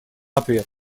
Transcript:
ответ